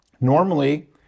Normally